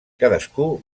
cadascú